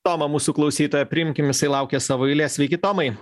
tomą mūsų klausytoją priimkim jisai laukia savo eilės sveiki tomai